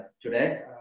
today